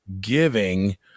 giving